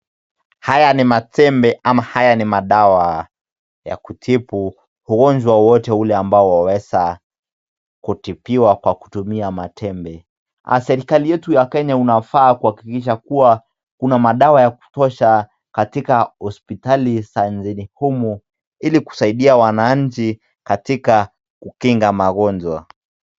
Haya ni matembe ama haya ni madawa ya kutibu ugonjwa wowote ule ambao waweza kutibiwa kwa kutumia matembe. Serikali yetu ya Kenya unafaa kuhakikisha kuwa kuna madawa ya kutosha katika hospitali za nchini humu ili kusaidia wananchi katika kukinga magonjwa.